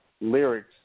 lyrics